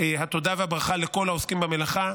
התודה והברכה לכל העוסקים במלאכה,